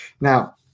Now